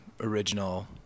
original